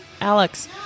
Alex